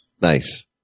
nice